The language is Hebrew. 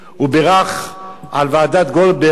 הוא בירך על ועדת-גולדברג.